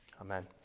Amen